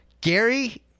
Gary